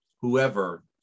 whoever